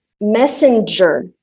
messenger